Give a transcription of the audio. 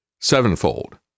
sevenfold